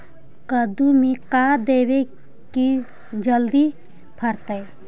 कददु मे का देबै की जल्दी फरतै?